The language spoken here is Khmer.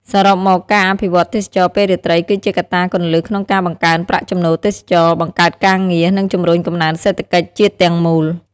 សរុបមក ការអភិវឌ្ឍទេសចរណ៍ពេលរាត្រីគឺជាកត្តាគន្លឹះក្នុងការបង្កើនប្រាក់ចំណូលទេសចរណ៍ បង្កើតការងារ និងជំរុញកំណើនសេដ្ឋកិច្ចជាតិទាំងមូល។